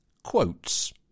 quotes